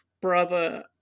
brother